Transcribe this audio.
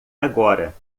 agora